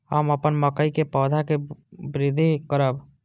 हम अपन मकई के पौधा के वृद्धि करब?